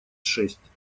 шесть